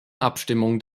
abstimmung